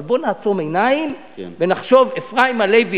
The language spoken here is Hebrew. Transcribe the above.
אבל בוא נעצום עיניים ונחשוב: אפרים הלוי